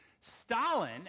Stalin